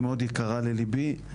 היא מאוד יקרה ללבי.